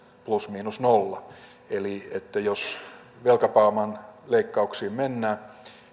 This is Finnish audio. plus miinus nolla eli jos velkapääoman leikkauksiin mennään